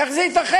איך זה ייתכן?